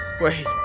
wait